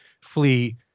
flee